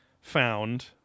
found